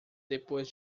depois